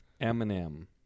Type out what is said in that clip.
eminem